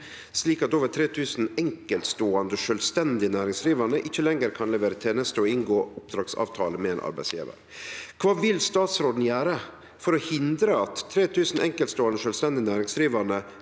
slik at over 3 000 enkeltståande sjølvstendig næringsdrivande ikkje lenger kan levere tenester og inngå oppdragsavtaler med ein arbeidsgjevar. Kva vil statsråden gjere for å hindre at 3 000 enkeltståande sjølvstendig næringsdrivande